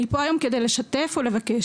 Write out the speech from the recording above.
אני פה היום כדי לשתף ולבקש.